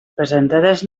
presentades